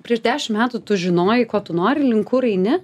prieš dešim metų tu žinojai ko tu nori link kur eini